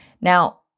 Now